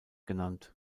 genannt